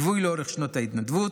בליווי לאורך שנות ההתנדבות,